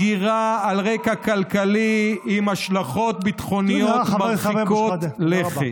הגירה על רקע כלכלי עם השלכות ביטחוניות מרחיקות לכת.